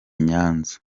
nyanza